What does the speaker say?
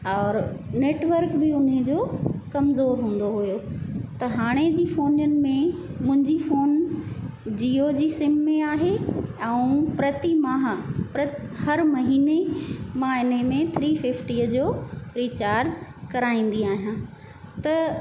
और नेटवर्क बि उन्हीअ जो कमज़ोर हूंदो हुयो त हाणे जी फोननि में मुंहिंजी फोन जियो जी सिम में आहे ऐं प्रति माह प्र हर महीने मां इन में थ्री फिफ्टीअ जो रिचार्ज कराईंदी आहियां त